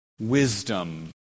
wisdom